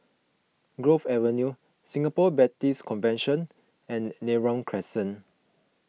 Grove Avenue Singapore Baptist Convention and Neram Crescent